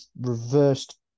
reversed